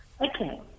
Okay